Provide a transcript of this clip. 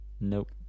Nope